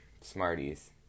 Smarties